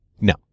No